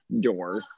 door